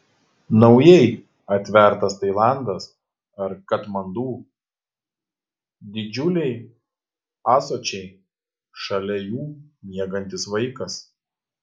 naujai atvertas tailandas ar katmandu didžiuliai ąsočiai šalia jų miegantis vaikas